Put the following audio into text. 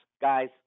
guys